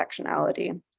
intersectionality